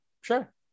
sure